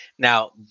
Now